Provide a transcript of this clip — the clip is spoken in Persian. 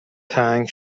تنگ